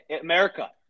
America